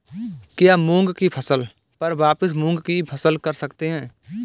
क्या मूंग की फसल पर वापिस मूंग की फसल कर सकते हैं?